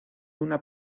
una